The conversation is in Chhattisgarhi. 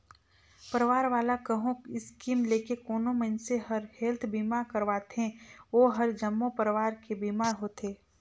परवार वाला कहो स्कीम लेके कोनो मइनसे हर हेल्थ बीमा करवाथें ओ हर जम्मो परवार के बीमा होथे